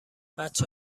بچه